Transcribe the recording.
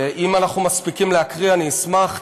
אם אנחנו מספיקים להקריא, אשמח.